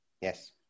Yes